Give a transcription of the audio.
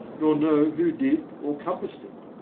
nor know who did or compassed it.